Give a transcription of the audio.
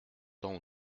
temps